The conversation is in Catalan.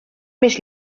més